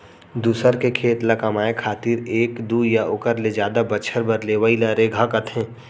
दूसर के खेत ल कमाए खातिर एक दू या ओकर ले जादा बछर बर लेवइ ल रेगहा कथें